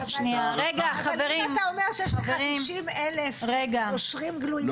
אם אתה אומר ש- 50,000 נושרים גלויים.